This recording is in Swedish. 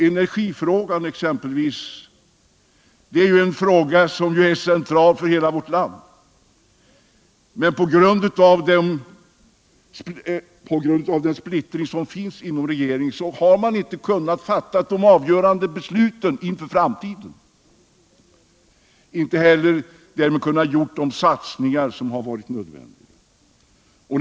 Energifrågan exempelvis är ju en fråga som är central för hela vårt land, men på grund av den splittring som råder inom regeringen har man inte kunnat fatta de avgörande besluten inför framtiden och därmed inte heller kunnat göra de satsningar som varit nödvändiga.